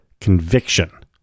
conviction